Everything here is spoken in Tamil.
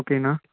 ஓகேண்ணா